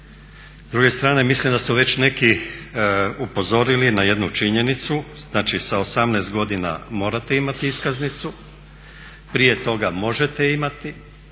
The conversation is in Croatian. S druge strane, mislim da su već neki upozorili na jednu činjenicu, znači sa 18 godina morate imati iskaznicu, prije toga možete imati, ali